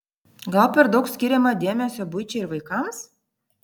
gal per daug skiriama dėmesio buičiai ir vaikams